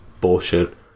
bullshit